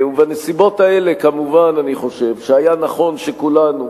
ובנסיבות האלה כמובן, אני חושב שהיה נכון שכולנו,